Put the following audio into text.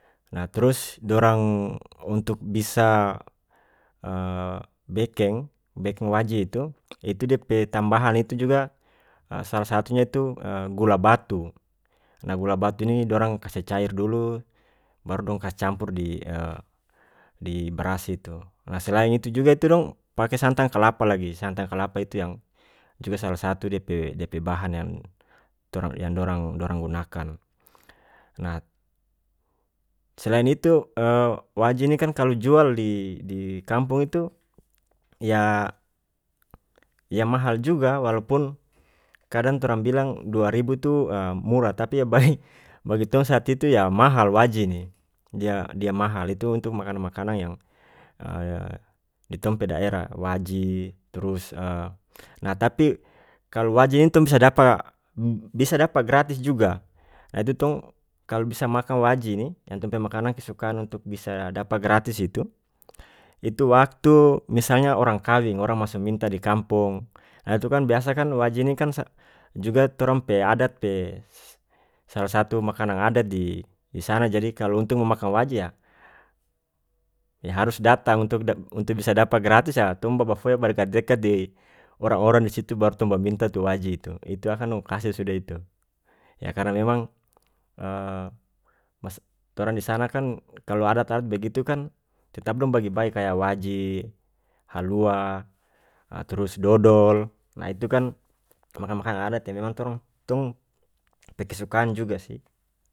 Nah trus dorang untuk bisa bekeng-bekeng waji itu-itu dia pe tambahan itu juga salah satunya itu gula batu nah gula batu ini dorang kase cair dulu baru dong kase campur di di bras itu nah selain itu juga itu dong pake santang kalapa lagi santang kalapa itu yang juga salah satu dia pe dia pe bahan yang torang yang dorang-dorang gunakan nah selain itu waji ini kan kalu jual di-di kampung itu ya-ya mahal juga walaupun kadang torang bilang dua ribu itu murah tapi yah bae bagi tong saat itu yah mahal waji ini dia-dia mahal itu untuk makanang makanang yang di tong pe daerah waji trus nah tapi kalu waji ini tong bisa dapa bisa dapa gratis juga ah itu tong kalu bisa makang waji ini yang tong pe makanang kesukaan untuk bisa dapa gratis itu-itu waktu misalnya orang kawing orang maso minta di kampong ah itu kan biasa kan waji ini kan juga torang pe adat pe sh-salah satu makanang adat di-di sana jadi kalu untuk mo makang waji yah-yah harus datang untuk untuk bisa dapa gratis yah tong babafoya ba dekat dekat di orang orang di situ baru tong baminta tu waji itu itu akan dong kase sudah itu ya karena memang torang di sana kan kalu adat adat bagitu kan tetap dong bagi bagi kaya waji halua ah trus dodol nah itu kan makanang makanang adat yang memang torang tong pe kesukaan juga sih.